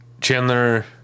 Chandler